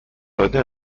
داده